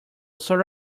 sort